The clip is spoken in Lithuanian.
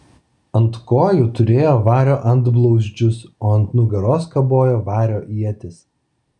ant kojų turėjo vario antblauzdžius o ant nugaros kabojo vario ietis